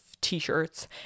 T-shirts